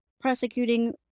prosecuting